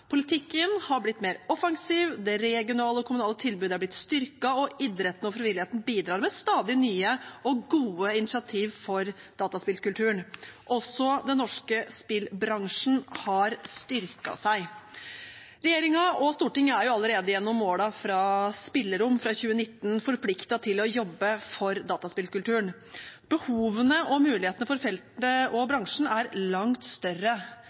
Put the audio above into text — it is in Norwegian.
Politikken har blitt mer offensiv, det regionale og kommunale tilbudet har blitt styrket, og idretten og frivilligheten bidrar med stadig nye og gode initiativer for dataspillkulturen. Også den norske spillbransjen har styrket seg. Regjeringen og Stortinget er gjennom målene i strategien Spillerom fra 2019 allerede forpliktet til å jobbe for dataspillkulturen. Behovene og mulighetene for feltet og bransjen er langt større